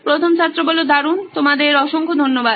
প্রথম ছাত্র দারুন তোমাদের অসংখ্য ধন্যবাদ